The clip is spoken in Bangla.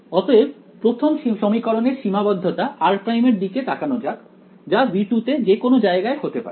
অতএব প্রথম সমীকরণের সীমাবদ্ধতা r' এর দিকে তাকানো যাক যা V2 তে যে কোনও জায়গায় হতে পারে